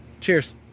Cheers